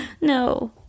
no